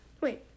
Wait